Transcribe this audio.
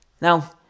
now